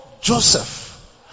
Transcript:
Joseph